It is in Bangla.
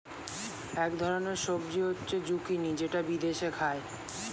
এক ধরনের সবজি হচ্ছে জুকিনি যেটা বিদেশে খায়